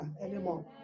anymore